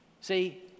See